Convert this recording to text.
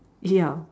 ya